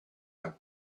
have